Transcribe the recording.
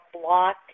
block